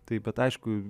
taip bet aišku